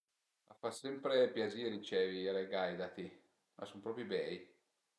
A fa sempre piazì ricevi i regai da ti, a sun propi beli